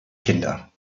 kinder